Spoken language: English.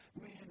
man